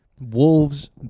Wolves